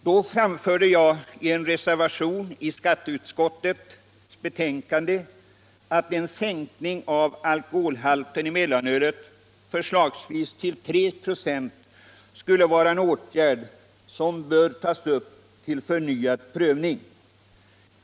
Då framförde jag i en reservation till skatteutskottets betänkande den uppfattningen att en sänkning av alkoholhalten i mellanölet, förslagsvis till 3 96, skulle vara en åtgärd som borde tas upp till förnyad prövning.